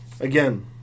again